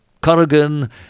Corrigan